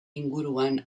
inguruan